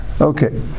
Okay